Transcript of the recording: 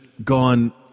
gone